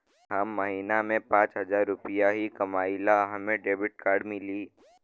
हम महीना में पाँच हजार रुपया ही कमाई ला हमे भी डेबिट कार्ड मिली?